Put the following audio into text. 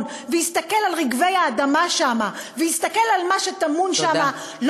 ויסתכל על רגבי האדמה שם ויסתכל על מה שטמון שם,